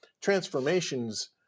transformations